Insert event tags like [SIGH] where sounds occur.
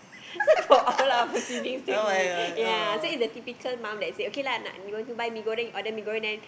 [LAUGHS] for all our sibling to eat ya so it's a typical mum that said okay lah you want to buy mee-goreng order mee-goreng then